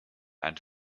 and